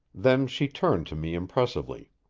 then she turned to me impressively.